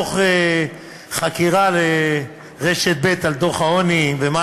אני בתוך ריאיון לרשת ב' על דוח העוני ומה